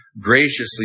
graciously